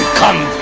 come